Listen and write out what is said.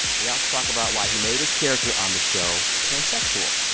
we also talk about why he made his character on the show pansexual.